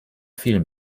vielen